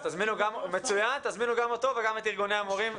תזמיני גם אותו וגם את ארגוני המורים.